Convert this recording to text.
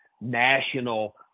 national